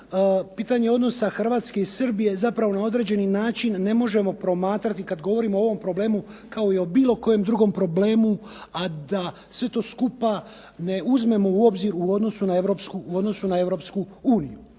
pitanje odnosa Hrvatske i Srbije zapravo na određeni način ne možemo promatrati kada govorimo o ovom problemu kao i o bilo kojem drugom problemu, a da sve to skupa ne uzmemo u obzir u odnosu na Europsku uniju.